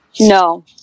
No